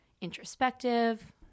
introspective